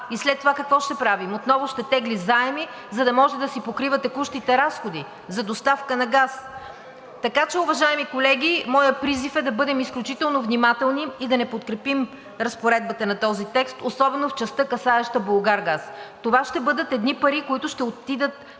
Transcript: и след това, какво ще правим?! Отново ще тегли заеми, за да може да си покрива текущите разходи за доставка на газ. Така че, уважаеми колеги, моят призив е да бъдем изключително внимателни и да не подкрепим разпоредбата на този текст и особено в частта, касаеща „Булгаргаз“. Това ще бъдат едни пари, които ще отидат